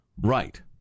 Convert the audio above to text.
Right